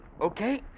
Okay